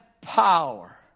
power